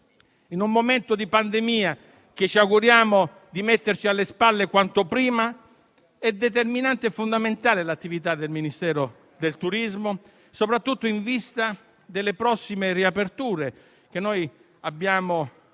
in un momento di pandemia, che ci auguriamo di metterci alle spalle quanto prima, è determinante e fondamentale l'attività del Ministero del turismo, soprattutto in vista delle prossime riaperture; riaperture